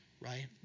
right